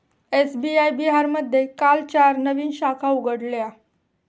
SBI बिहारमध्ये काल चार नवीन शाखा उघडल्या